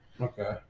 Okay